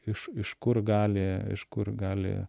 iš iš kur gali iš kur gali